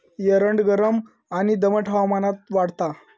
एरंड गरम आणि दमट हवामानात वाढता